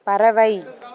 பறவை